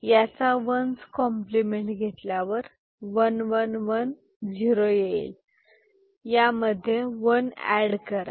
याचा one's complement घेतल्यावर 1110 येईल यामध्ये वन एड करा